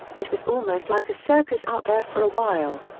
it was almost like a circus out there for a while.